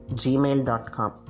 gmail.com